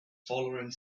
following